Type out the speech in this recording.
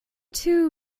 two